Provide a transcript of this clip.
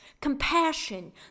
compassion